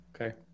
Okay